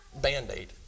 band-aid